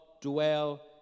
dwell